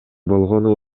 болгону